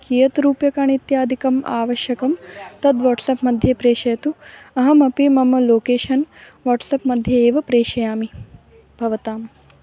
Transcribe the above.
कियत् रूप्यकाणि इत्यादिकम् आवश्यकं तद् वोट्सप् मध्ये प्रेषयतु अहमपि मम लोकेन् वाट्सप् मध्ये एव प्रेषयामि भवते